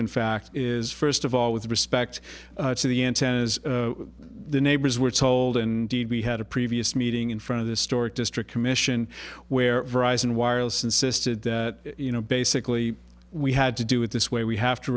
in fact is first of all with respect to the antennas the neighbors we're told in deed we had a previous meeting in front of the storage district commission where verizon wireless insisted that you know basically we had to do it this way we have to